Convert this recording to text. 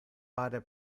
pare